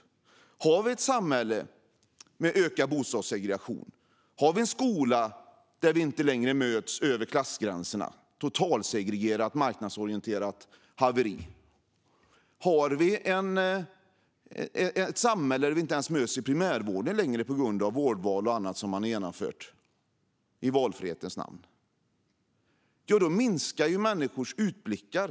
Om vi har ett samhälle med ökad bostadssegregation, en skola där vi inte längre möts över klassgränserna - ett totalsegregerat, marknadsorienterat haveri - ett samhälle där vi inte längre ens möts inom primärvården på grund av vårdval och annat som genomförts i valfrihetens namn minskar människors utblickar.